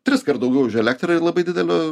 triskart daugiau už elektrą ir labai didelio